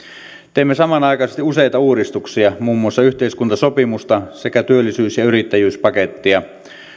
teemme samanaikaisesti useita uudistuksia muun muassa yhteiskuntasopimusta sekä työllisyys ja yrittäjyyspakettia